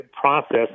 process